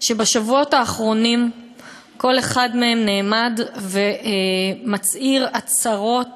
שבשבועות האחרונים כל אחד מהם נעמד ומצהיר הצהרות